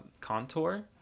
contour